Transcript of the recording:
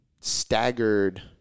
staggered